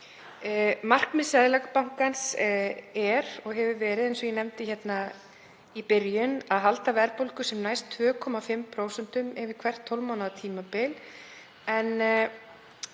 Markmið Seðlabankans er og hefur verið, eins og ég nefndi hérna í byrjun, að halda verðbólgu sem næst 2,5% yfir hvert 12 mánaða tímabil